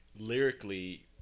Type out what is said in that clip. Lyrically